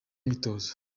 myitozo